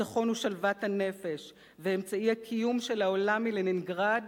הביטחון הוא שלוות הנפש ואמצעי הקיום של העולה מלנינגרד,